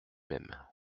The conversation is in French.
même